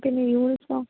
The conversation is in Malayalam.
പിന്നെ യൂണിഫോം